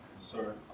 sir